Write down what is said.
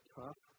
tough